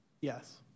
Yes